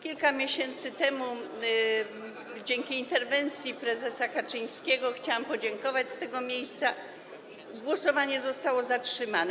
Kilka miesięcy temu dzięki interwencji prezesa Kaczyńskiego - chciałam mu podziękować z tego miejsca - głosowanie zostało zatrzymane.